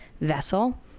vessel